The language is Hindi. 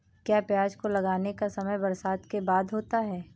क्या प्याज को लगाने का समय बरसात के बाद होता है?